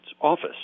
office